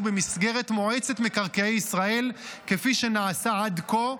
במסגרת מועצת מקרקעי ישראל כפי שנעשה עד כה,